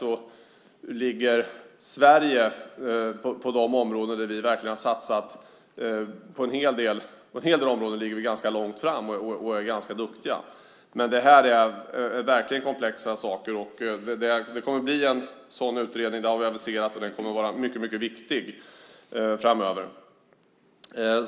Då ligger vi i Sverige ganska långt framme och är ganska duktiga på en hel del områden där vi verkligen har satsat. Men det här är verkligen komplexa saker. Som vi aviserat kommer det att bli en utredning, och den kommer att vara mycket viktig framöver.